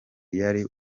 yari